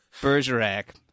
Bergerac